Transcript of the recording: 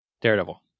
Daredevil